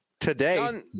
today